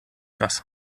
was